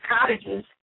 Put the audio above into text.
cottages